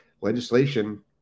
legislation